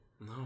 No